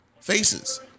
faces